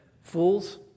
fools